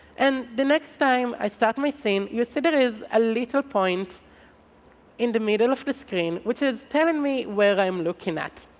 and the next time i start my scene scene there is a little point in the middle of the screen which is telling me where i'm looking at.